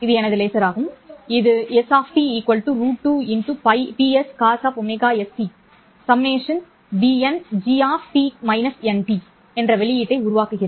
இது எனது லேசர் ஆகும் இது s√2Pscosωst∑n bngt−nT என்ற வெளியீட்டை உருவாக்குகிறது